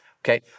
okay